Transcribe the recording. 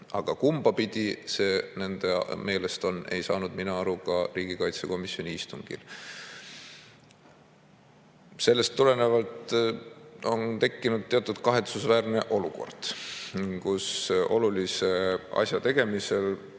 aga kumbapidi see nende meelest on, sellest ei saanud mina aru ka riigikaitsekomisjoni istungil. Sellest tulenevalt on tekkinud kahetsusväärne olukord, kus olulise asja tegemisel